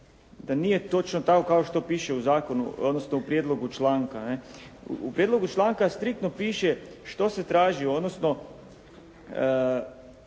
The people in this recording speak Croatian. da nije točno tako kao što piše u zakonu odnosno u prijedlogu članka. U prijedlogu članka striktno piše što se traži odnosno